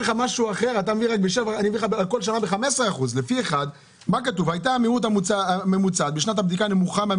"השר" ו"השרים" הייתה חשיבה.